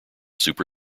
super